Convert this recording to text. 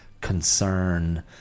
concern